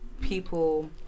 people